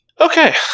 Okay